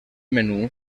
menú